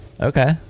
Okay